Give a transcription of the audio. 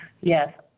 Yes